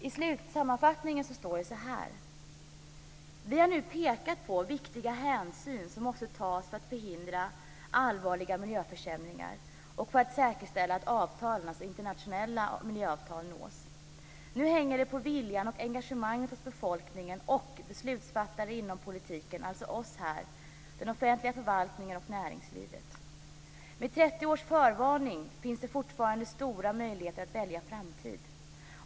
I sammanfattningen i slutet står det så här: "Vi har nu pekat på viktiga hänsyn som måste tas för att förhindra allvarliga miljöförsämringar och för att säkerställa att avtalen" - alltså internationella miljöavtal - "nås. Nu hänger det på viljan och engagemanget hos befolkningen och beslutsfattare inom politiken," - alltså oss här - "den offentliga förvaltningen och näringslivet. Med 30 års förvarning finns det fortfarande stora möjligheter att välja framtid.